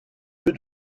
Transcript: peu